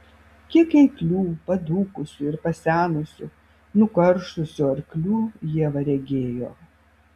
kiek eiklių padūkusių ir pasenusių nukaršusių arklių ieva regėjo